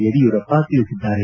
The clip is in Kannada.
ಯಡಿಯೂರಪ್ಪ ತಿಳಿಸಿದ್ದಾರೆ